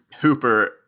Hooper